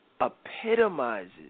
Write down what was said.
Epitomizes